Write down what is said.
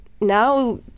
now